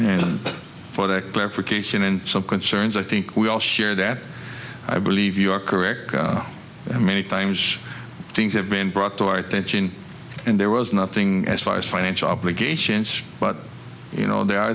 product clarification and some concerns i think we all share that i believe you are correct and many times things have been brought to our attention and there was nothing as far as financial obligations but you know there are